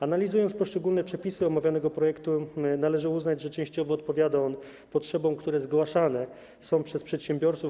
Analizując poszczególne przepisy omawianego projektu, należy uznać, że częściowo odpowiada on potrzebom, które zgłaszane są przez przedsiębiorców.